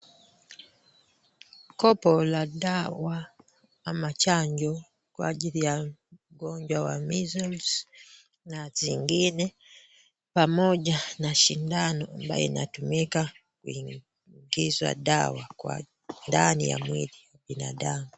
Kopo la dawa ama chanjo kwa ajili ya ugonjwa wa measles na zingine pamoja na sindano ambaye inatumika kuingiza dawa kwa ndani ya mwili wa binadamu.